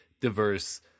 diverse